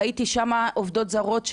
ראיתי שם עובדות זרות,